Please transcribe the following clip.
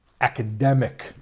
academic